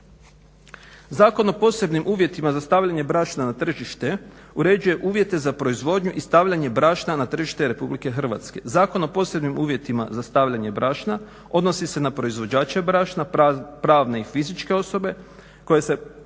Zakon o posebnim uvjetima za stavljanje brašna na tržište, uređuje uvjete za proizvodnju i stavljanje brašna na tržište RH. Zakon o posebnim uvjetima za stavljanje brašna odnosi se na proizvođače brašna, pravne i fizičke osobe koje se bave